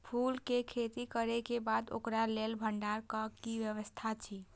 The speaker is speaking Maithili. फूल के खेती करे के बाद ओकरा लेल भण्डार क कि व्यवस्था अछि?